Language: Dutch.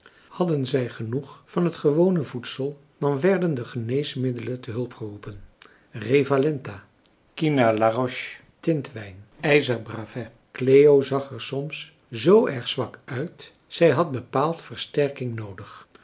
hadden zij genoeg van het gewone voedsel dan werden de geneesmiddelen te hulp geroemarcellus emants een drietal novellen pen revalenta quina laroche tintwijn ijzer bravais cleo zag er soms zoo erg zwak uit zij had bepaald versterking noodig